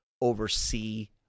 oversee